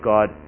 God